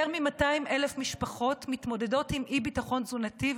יותר מ-200,000 משפחות מתמודדות עם אי-ביטחון תזונתי,